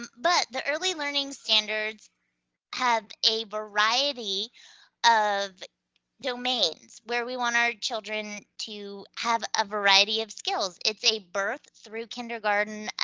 but the early learning standards have a variety of domains where we want our children to have a variety of skills. it's a birth through kindergarten